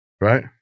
Right